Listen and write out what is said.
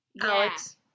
Alex